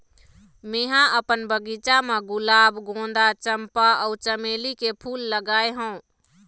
मेंहा अपन बगिचा म गुलाब, गोंदा, चंपा अउ चमेली के फूल लगाय हव